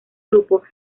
grupo